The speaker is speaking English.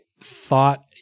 thought